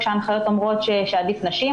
כשההנחיות אומרות שעדיף נשים,